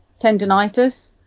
tendonitis